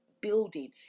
building